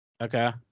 Okay